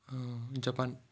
Japan